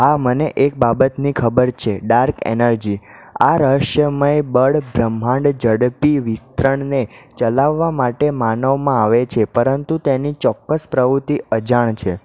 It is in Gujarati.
હા મને એક બાબતની ખબર છે ડાર્ક એનર્જી આ રહસ્યમય બળ બ્રહ્માંડ ઝડપી વિસ્તરણને ચલાવવા માટે માનવમાં આવે છે પરંતુ તેની ચોક્કસ પ્રવૃત્તિ અજાણ છે